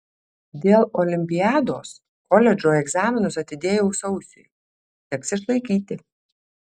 dėl olimpiados koledžo egzaminus atidėjau sausiui teks išlaikyti